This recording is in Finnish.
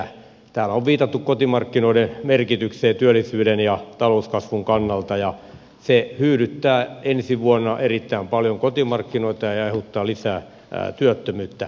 täällä on viitattu kotimarkkinoiden merkitykseen työllisyyden ja talouskasvun kannalta ja se hyydyttää ensi vuonna erittäin paljon kotimarkkinoita ja aiheuttaa lisää työttömyyttä